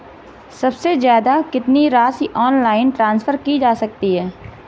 सबसे ज़्यादा कितनी राशि ऑनलाइन ट्रांसफर की जा सकती है?